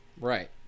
Right